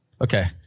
Okay